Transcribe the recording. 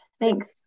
thanks